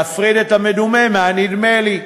להפריד את המדומה מה"נדמה לי".